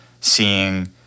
seeing